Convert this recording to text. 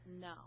no